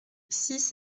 six